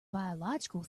biological